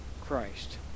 Christ